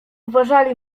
uważali